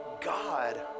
God